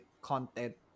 content